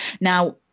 now